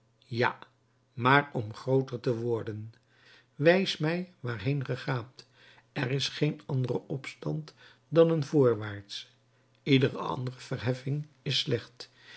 ja maar om grooter te worden wijs mij waarheen ge gaat er is geen andere opstand dan een voorwaartsche iedere andere verheffing is slecht